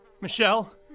Michelle